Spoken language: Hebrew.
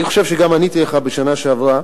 אני חושב שעניתי לך גם בשנה שעברה,